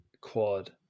quad